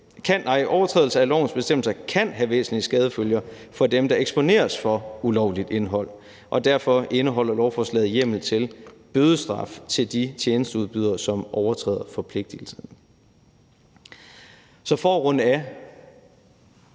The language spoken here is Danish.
loven. Overtrædelse af lovens bestemmelser kan have væsentlige skadefølger for dem, der eksponeres for ulovligt indhold, og derfor indeholder lovforslaget hjemmel til bødestraf til de tjenesteudbydere, som overtræder forpligtigelserne. For at runde af